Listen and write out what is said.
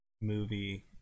movie